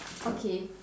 okay